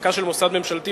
הפקה של מוסד ממשלתי,